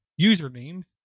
usernames